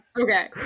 Okay